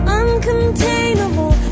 uncontainable